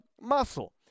muscle